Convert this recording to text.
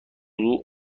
موضوع